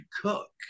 cook